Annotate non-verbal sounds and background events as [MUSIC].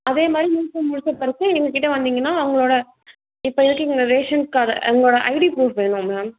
அதே மாதிரி முழுக்க முழுக்க [UNINTELLIGIBLE] எங்கள்கிட்ட வந்திங்கன்னா அவங்களோட இப்போ இருக்கீங்கள்ல ரேஷன்கார்டு எங்களோட ஐடி ப்ரூஃப் வேணும் மேம்